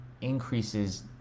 increases